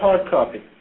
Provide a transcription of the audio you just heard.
copy?